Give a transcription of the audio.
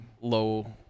low